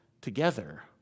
together